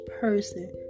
person